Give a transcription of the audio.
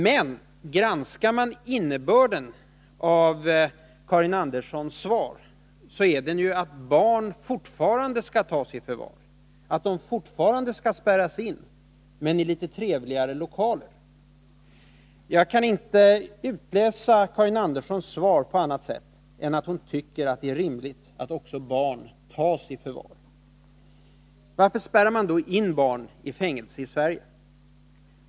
Men om man granskar innebörden av Karin Anderssons svar, så finner man att den är att barn fortfarande skall tas i förvar att de fortfarande skall spärras in, men i litet trevligare lokaler. Jag kan inte tolka Karin Anderssons svar på annat sätt än att hon tycker att det är rimligt att också barn tas i förvar. Varför spärrar man då in barn i fängelse i Sverige?